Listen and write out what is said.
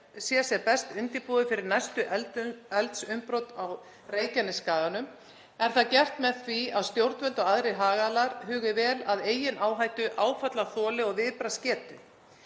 sé sem best undirbúið fyrir næstu eldsumbrot á Reykjanesskaganum. Er það gert með því að stjórnvöld og aðrir hagaðilar hugi vel að eigin áhættu, áfallaþoli og viðbragðsgetu.